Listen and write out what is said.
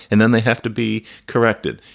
and then they have to be corrected.